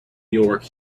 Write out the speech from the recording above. york